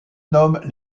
nomment